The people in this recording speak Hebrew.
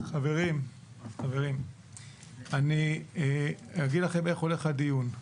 חברים, אני אגיד לכם איך יתנהל הדיון.